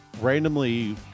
randomly